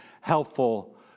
helpful